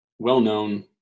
well-known